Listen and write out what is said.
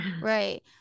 right